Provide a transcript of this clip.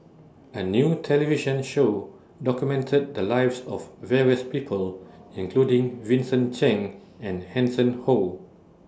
A New television Show documented The Lives of various People including Vincent Cheng and Hanson Ho